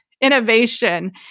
innovation